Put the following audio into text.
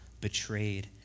betrayed